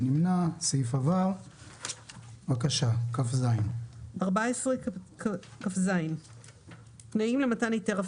הצבעה סעיף 14כו אושר.